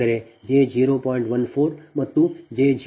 ಅಂದರೆ jಜೆ 0